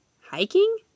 Hiking